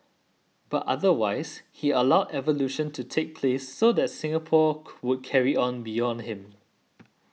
but otherwise he allowed evolution to take place so that Singapore would carry on beyond him